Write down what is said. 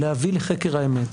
להביא לחקר האמת.